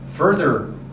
Further